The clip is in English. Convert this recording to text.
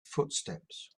footsteps